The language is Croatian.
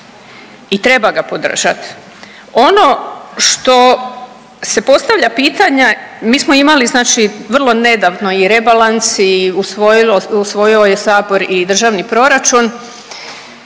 i treba ga podržati. Ono što se postavlja pitanje, mi smo imali, znači vrlo nedavno i rebalans i usvojio je Sabor i državni proračun,